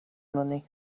money